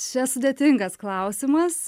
čia sudėtingas klausimas